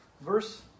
Verse